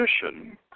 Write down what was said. position